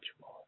more